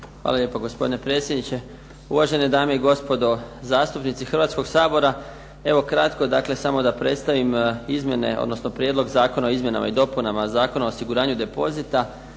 Hvala lijepo gospodine predsjedniče, uvažene dame i gospodo zastupnici Hrvatskoga sabora. Evo kratko samo da predstavim Prijedlog zakona o izmjenama i dopunama Zakona o osiguranju depozita.